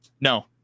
no